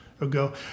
ago